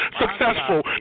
successful